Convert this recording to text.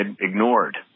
ignored